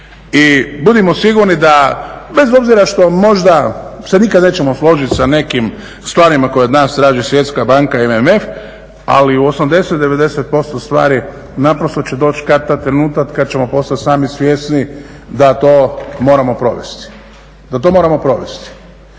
I budimo sigurni da bez obzira što možda se nikada nećemo složiti sa nekim stvarima koje od nas traži Svjetska banka i MMF ali u 80, 90% stvari naprosto će doći kad-tad trenutak kada ćemo postati sami svjesni da to moramo provesti. I zato ova